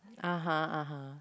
(uh huh) (uh huh)